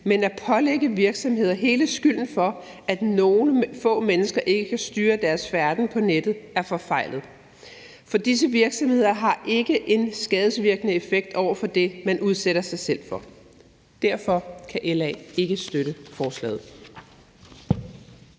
Men at pålægge virksomheder hele skylden for, at nogle få mennesker ikke kan styre deres færden på nettet, er forfejlet, for disse virksomheder har ikke en skadesvirkende effekt på det, man udsætter sig selv for. Derfor kan LA ikke støtte forslaget.